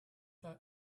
trying